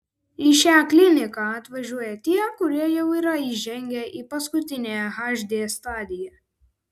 į šią kliniką atvažiuoja tie kurie jau yra įžengę į paskutiniąją hd stadiją